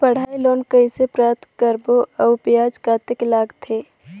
पढ़ाई लोन कइसे प्राप्त करबो अउ ब्याज कतेक लगथे?